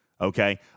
okay